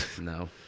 No